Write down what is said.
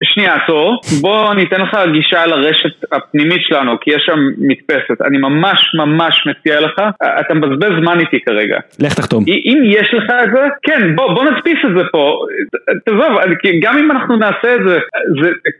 שנייה, עצור. בוא אני אתן לך גישה לרשת הפנימית שלנו, כי יש שם מדפסת. אני ממש ממש מציע לך, אתה מבזבז זמן איתי כרגע. לך תחתום. אם יש לך את זה, כן, בוא, בוא נדפיס את זה פה. תעזוב, כי גם אם אנחנו נעשה את זה, זה...